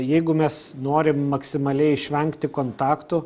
jeigu mes norim maksimaliai išvengti kontaktų